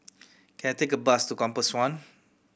can I take a bus to Compass One